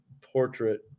portrait